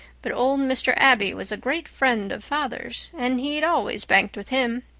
but old mr. abbey was a great friend of father's and he'd always banked with him.